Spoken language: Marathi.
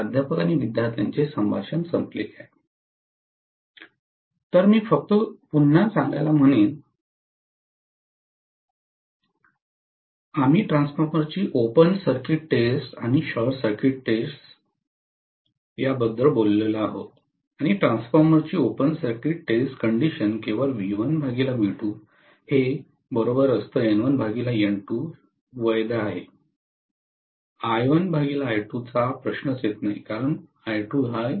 प्राध्यापक विद्यार्थ्यांचे संभाषण संपले तर मी फक्त पुन्हा सांगायला म्हणेन आम्ही ट्रान्सफॉर्मरची ओपन सर्किट टेस्ट आणि शॉर्ट सर्किट टेस्ट बद्दल बोललो आहोत आणि ट्रान्सफॉर्मरची ओपन सर्किट टेस्ट कंडिशन केवळ वैध आहे चा प्रश्नच येत नाही कारण I2 0 आहे